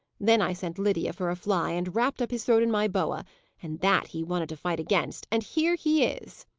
then i sent lydia for a fly, and wrapped up his throat in my boa and that he wanted to fight against and here he is!